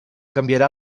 canviarà